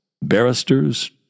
Barristers